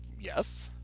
Yes